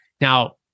Now